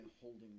holding